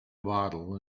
bottle